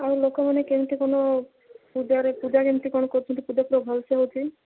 ଆଉ ଲୋକମାନେ କେମିତି କ'ଣ ପୂଜାରେ ପୂଜା କେମିତି କ'ଣ କରୁଛନ୍ତି ପୂଜା ପୁରା ଭଲସେ ହେଉଛି